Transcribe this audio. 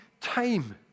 time